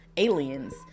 Aliens